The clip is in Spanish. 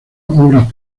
obras